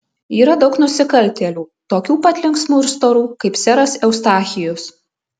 yra daug nusikaltėlių tokių pat linksmų ir storų kaip seras eustachijus